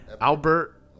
Albert